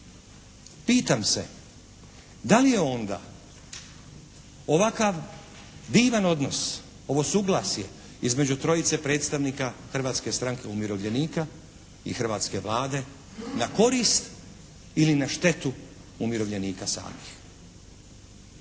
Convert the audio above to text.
Pitam se da li je onda ovakav divan odnos, ovo suglasje između trojice predstavnika Hrvatske stranke umirovljenika i hrvatske Vlade na korist ili na štetu umirovljenika samih?